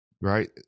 Right